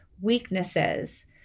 weaknesses